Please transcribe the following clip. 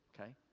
okay